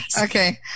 Okay